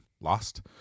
Lost